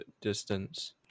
distance